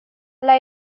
ألا